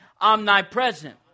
omnipresent